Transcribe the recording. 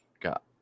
got